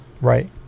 Right